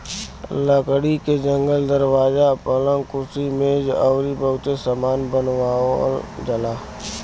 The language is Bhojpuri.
लकड़ी से जंगला, दरवाजा, पलंग, कुर्सी मेज अउरी बहुते सामान बनावल जाला